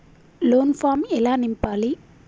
Loan form ఎలా నింపాలి?